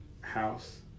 house